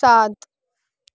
सात